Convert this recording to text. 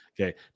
Okay